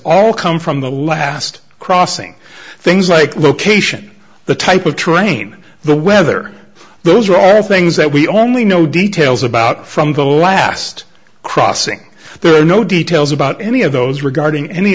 all come from the last crossing things like location the type of train the weather those are all things that we only know details about from the last crossing there are no details about any of those regarding any